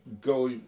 go